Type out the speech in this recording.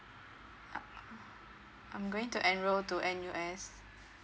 I'm going to enroll to N_U_S